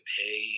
pay